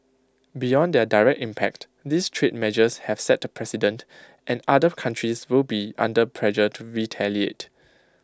beyond their direct impact these trade measures have set A precedent and other countries will be under pressure to retaliate